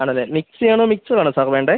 ആണല്ലേ മിക്സിയാണോ മിക്സറാണോ സാർ വേണ്ടത്